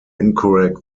incorrect